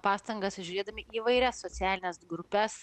pastangas įžiūrėdami į įvairias socialines grupes